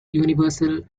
universal